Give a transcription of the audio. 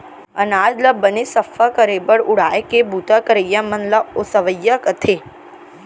अनाज ल बने सफ्फा करे बर उड़ाय के बूता करइया मन ल ओसवइया कथें